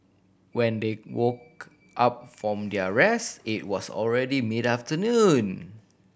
when they woke up from their rest it was already mid afternoon